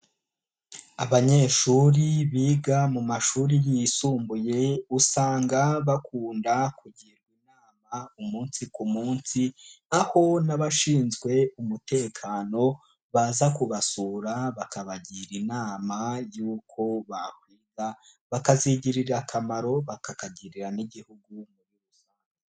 Abanyeshuri biga mu mashuri yisumbuye, usanga bakunda kugirwa inama umunsi ku munsi, aho n'abashinzwe umutekano baza kubasura, bakabagira inama y'uko bakwiga bakazigirira akamaro bakakagirira n'Igihugu muri rusange.